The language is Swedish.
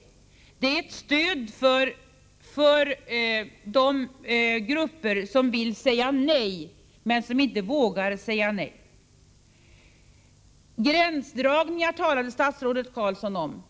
Kriminalisering är ett stöd för dem som vill säga nej men som nu inte vågar göra det. Gränsdragningar talade statsrådet Carlsson om.